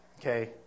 okay